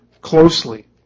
closely